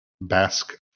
Basque